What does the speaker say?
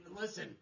listen